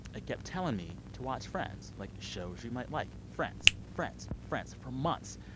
kept telling me to watch friends. like, shows you might like friends. friends. friends for months.